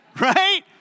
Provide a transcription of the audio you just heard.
right